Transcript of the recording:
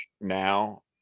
now